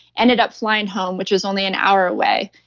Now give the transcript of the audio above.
ended up flying home, which was only an hour away,